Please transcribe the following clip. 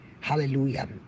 Hallelujah